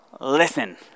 listen